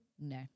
No